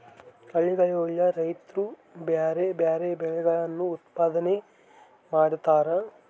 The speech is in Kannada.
ಹಳ್ಳಿಗುಳಗ ರೈತ್ರು ಬ್ಯಾರೆ ಬ್ಯಾರೆ ಬೆಳೆಗಳನ್ನು ಉತ್ಪಾದನೆ ಮಾಡತಾರ